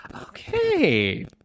okay